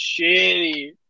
shitty